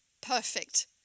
perfect